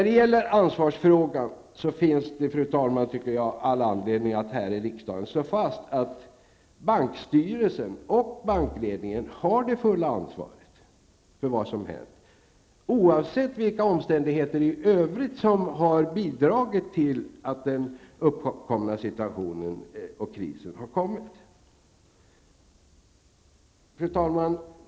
Beträffande ansvarsfrågan, fru talman, tycker jag att det finns all anledning att här i riksdagen slå fast att bankstyrelsen och bankledningen har det fulla ansvaret för vad som har hänt, oavsett vilka omständigheter i övrigt som har bidragit till den uppkomna krissituationen. Fru talman!